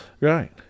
Right